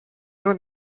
your